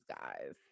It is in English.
guys